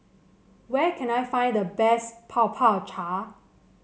where can I find the best cha